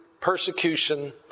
persecution